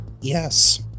yes